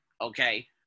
okay